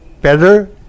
better